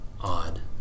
odd